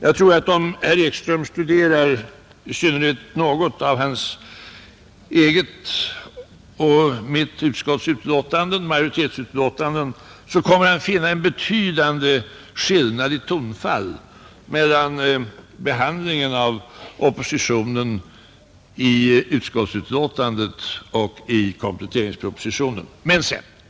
Jag tror att om herr Ekström studerar i synnerhet något av finansutskottets majoritetsbetänkanden, så kommer han att finna en betydande skillnad i tonfall mellan behandlingen av oppositionen i utskottsbetänkandet och i kompletteringspropositionen.